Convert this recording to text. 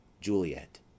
Juliet